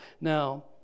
now